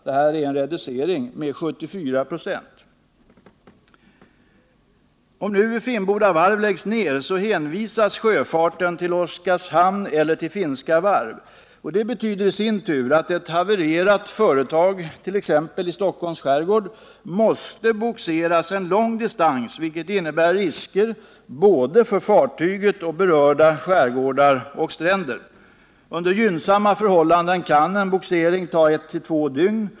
Det är en reducering med 74 96. Om Finnboda Varv nu läggs ned hänvisas sjöfarten till Oskarshamn eller till finska varv. Det betyder i sin tur att ett havererat fartyg it.ex. Stockholms skärgård måste bogseras en lång distans, vilket innebär risker både för fartyget och för berörda skärgårdar och stränder. Under gynnsamma förhållanden kan en bogsering ta ett-två dygn.